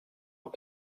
aux